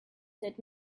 said